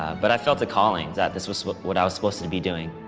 but i felt a calling that this was what what i was supposed to be doing.